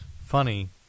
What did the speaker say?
Funny